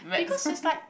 because it's like